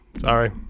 sorry